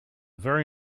very